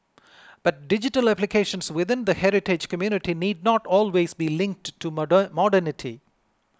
but digital applications within the heritage community need not always be linked to modern modernity